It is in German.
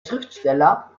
schriftsteller